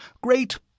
Great